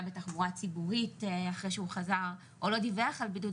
בתחבורה ציבורית אחרי שהוא חזר או לא דיווח על בידוד,